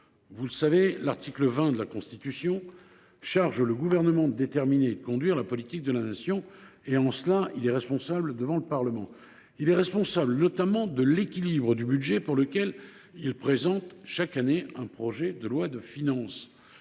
Vous le savez, l’article 20 de la Constitution charge le Gouvernement de déterminer et de conduire la politique de la Nation. En cela, il est responsable devant le Parlement. Il est notamment responsable de l’équilibre du budget pour lequel il présente, chaque année, un projet de loi de finances.